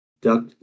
Duck